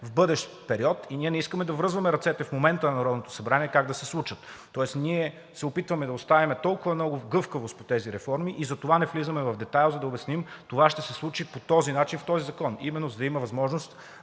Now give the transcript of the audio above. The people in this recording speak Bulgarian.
в бъдещ период. Ние не искаме да връзваме в момента ръцете на Народното събрание как те да се случат. Тоест ние се опитваме да оставим много гъвкавост по тези реформи и затова не влизаме в детайли да обясняваме – това ще се случи по този начин в този закон, именно за да има възможност